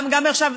גם מעכשיו,